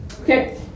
Okay